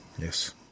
yes